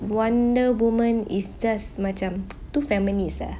wonder woman is just macam too feminist ah